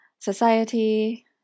society